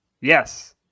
Yes